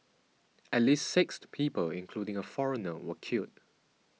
at least six people including a foreigner were killed